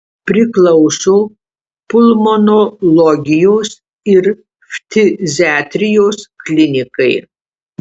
priklauso pulmonologijos ir ftiziatrijos klinikai